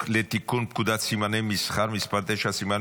לתיקון פקודת סימני מסחר (מס' 9) (סימן